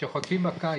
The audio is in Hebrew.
כשחוטפים מכה,